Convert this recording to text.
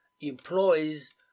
employs